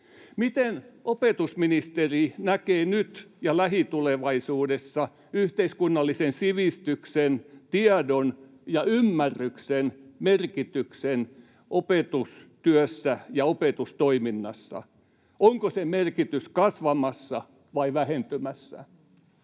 Miten opetusministeri näkee nyt ja lähitulevaisuudessa yhteiskunnallisen sivistyksen, tiedon ja ymmärryksen merkityksen opetustyössä ja opetustoiminnassa? Onko sen merkitys kasvamassa vai vähentymässä?